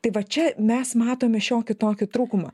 tai va čia mes matome šiokį tokį trūkumą